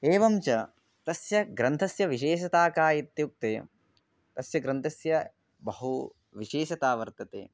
एवं च तस्य ग्रन्थस्य विशेषता का इत्युक्ते तस्य ग्रन्थस्य बहु विशेषता वर्तते